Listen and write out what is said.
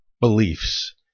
beliefs